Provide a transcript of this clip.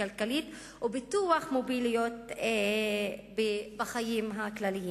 וכלכלית ופיתוח מוביליות בחיים הכלליים.